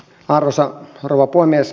arvoisa rouva puhemies